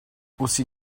aussi